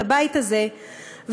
לבית הזה ועוברים,